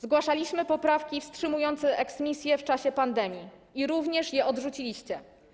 Zgłaszaliśmy poprawki wstrzymujące eksmisje w czasie pandemii i również je odrzuciliście.